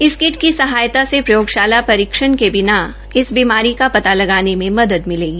इस किट की सहायता से प्रयोगशाला परीक्षण के बिना इस बीमारी का पता लगने में मदद मिलेगी